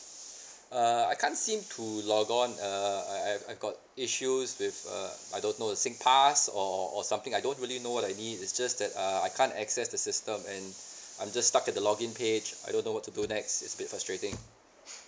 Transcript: uh I can't seem to logon err I I I got issues with uh I don't know the singpass or or something I don't really know what I need it's just that uh I can't access the system and I'm just stuck at the login page I don't know what to do next it's a bit frustrating